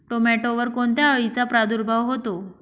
टोमॅटोवर कोणत्या अळीचा प्रादुर्भाव होतो?